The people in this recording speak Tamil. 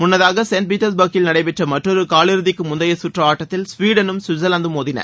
முன்னதாக செயின்ட் பீட்டர்ஸ்பர்க்கில் நடைபெற்ற மற்றொரு காலியிறுதிக்கு முந்தைய சுற்று ஆட்டத்தில் ஸ்விடனும் சுவிட்சர்லாந்தும் மோதின